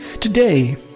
today